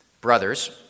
brothers